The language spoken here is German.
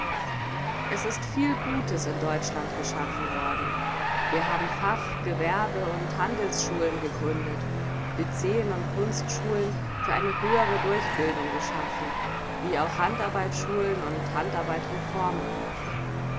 es ist viel gutes in deutschland geschaffen worden wir haben fach gewerbe und handelsschulen gegründet lyceen und kunstschulen für eine höhere durchbildung geschaffen wie auch handarbeit schulen und